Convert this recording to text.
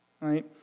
right